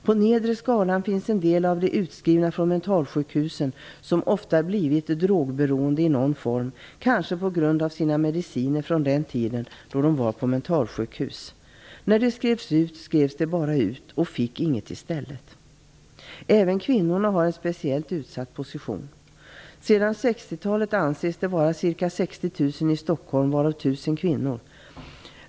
På den nedre skalan finns en del av dem som skrivits ut från mentalsjukhusen och som ofta blivit drogberoende i någon form, kanske på grund av sina mediciner från den tid då de var på mentalsjukhus. När de skrevs ut blev de bara utskrivna utan att få något i stället. Även kvinnorna har en speciellt utsatt position. Sedan 60 talet anses det här vara fråga om ca 6 000 personer i Stockholm, varav 1 000 kvinnor.